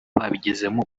babigizemo